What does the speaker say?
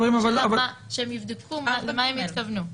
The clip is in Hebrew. השאלה שיבדקו למה הם התכוונו.